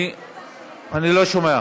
אני לא שומע.